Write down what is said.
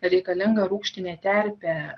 reikalinga rūgštinė terpė